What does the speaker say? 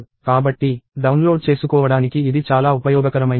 కాబట్టి డౌన్లోడ్ చేసుకోవడానికి ఇది చాలా ఉపయోగకరమైన విషయం